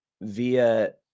via